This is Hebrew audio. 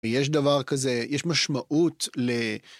ויש דבר כזה, יש משמעות ל...